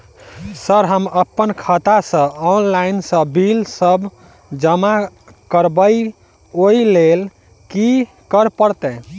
Sir हम अप्पन खाता सऽ ऑनलाइन सऽ बिल सब जमा करबैई ओई लैल की करऽ परतै?